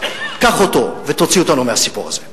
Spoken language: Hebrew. קח אותו ותוציא אותנו מהסיפור הזה.